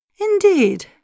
Indeed